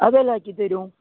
അതെല്ലാം ആക്കിത്തരും